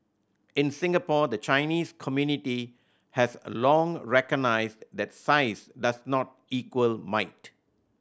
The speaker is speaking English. in Singapore the Chinese community has a long recognised that size does not equal might